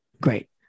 Great